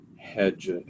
Hedge